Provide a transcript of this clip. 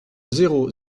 zéro